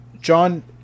John